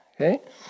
Okay